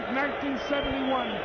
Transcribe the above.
1971